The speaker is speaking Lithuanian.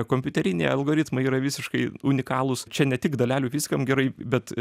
kompiuteriniai algoritmai yra visiškai unikalūs čia ne tik dalelių fizikam gerai bet